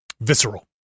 visceral